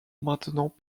maintenant